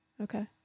Okay